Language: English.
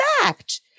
fact